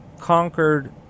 conquered